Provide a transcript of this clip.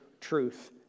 truth